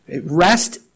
rest